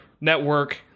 network